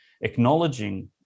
acknowledging